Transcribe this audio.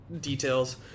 details